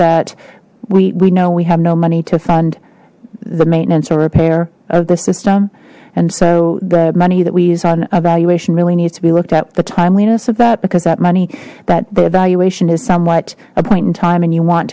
that we we know we have no money to fund the maintenance or repair of the system and so the money that we use on evaluation really needs to be looked at the timeliness of that because that money that the evaluation is somewhat a point in time and you want